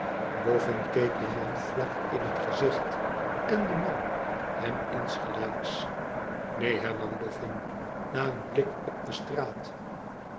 boffim keek den man vlak in het gezicht en de man hem insgelijks neen hernam boffin na een blik op de straat